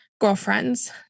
girlfriends